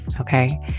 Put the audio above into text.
okay